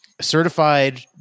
certified